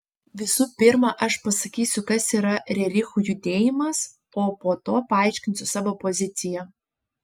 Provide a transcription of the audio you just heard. visų pirma aš pasakysiu kas yra rerichų judėjimas o po to paaiškinsiu savo poziciją